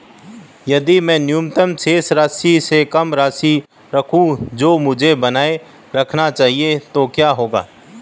यदि मैं न्यूनतम शेष राशि से कम राशि रखूं जो मुझे बनाए रखना चाहिए तो क्या होगा?